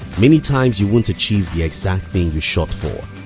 many times you won't achieve the exact thing you shoot for,